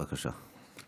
בבקשה.